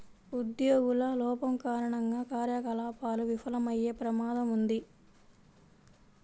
ఉద్యోగుల లోపం కారణంగా కార్యకలాపాలు విఫలమయ్యే ప్రమాదం ఉంది